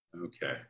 Okay